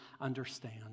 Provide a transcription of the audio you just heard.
understand